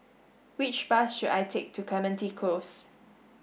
which bus should I take to Clementi Close